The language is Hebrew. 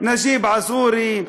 נג'יב עזורי,